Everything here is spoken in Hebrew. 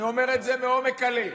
אני אומר את זה מעומק הלב.